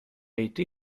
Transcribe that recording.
été